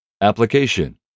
Application